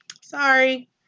Sorry